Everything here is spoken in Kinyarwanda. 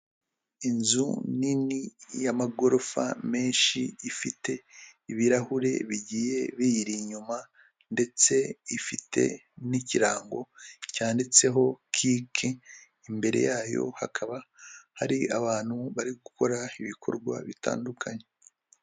Inzu nini y'amagorofa menshi ifite ibirahure bigiye biyiri inyuma ndetse ifite n'ikirango cyanditseho kiki, imbere yayo hakaba hari abantu bari gukora ibikorwa bitandukanye.